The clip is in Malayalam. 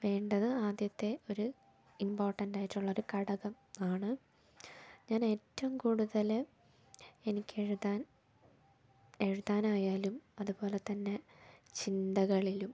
വേണ്ടത് ആദ്യത്തെ ഒരു ഇമ്പോർട്ടൻറ്റ് ആയിട്ടുള്ള ഒരു ഘടകം ആണ് ഞാനേറ്റം കൂടുതൽ എനിക്കെഴുതാൻ എഴുതാനായാലും അതുപോലെ തന്നെ ചിന്തകളിലും